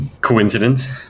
coincidence